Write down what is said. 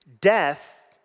Death